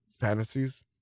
fantasies